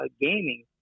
gaming